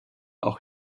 auch